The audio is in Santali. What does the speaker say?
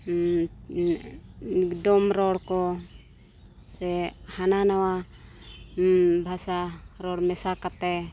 ᱰᱚᱢ ᱨᱚᱲ ᱠᱚ ᱥᱮ ᱦᱟᱱᱟ ᱱᱚᱣᱟ ᱵᱷᱟᱥᱟ ᱨᱚᱲ ᱢᱮᱥᱟ ᱠᱟᱛᱮ